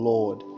Lord